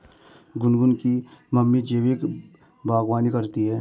गुनगुन की मम्मी जैविक बागवानी करती है